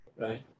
right